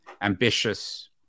ambitious